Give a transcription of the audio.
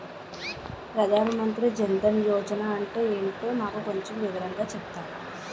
ప్రధాన్ మంత్రి జన్ దన్ యోజన అంటే ఏంటో నాకు కొంచెం వివరంగా చెపుతారా?